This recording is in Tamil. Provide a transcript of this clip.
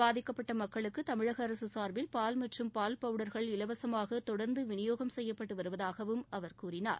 பாதிக்கப்பட்ட மக்களுக்கு தமிழக அரசு சார்பில் பால் மற்றும் பால் பவுடர்கள் இலவசமாக தொடர்ந்து விநியோகம் செய்யப்பட்டு வருவதாகவும் திரு ராஜேந்திர பாலாஜி கூறினார்